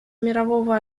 мирового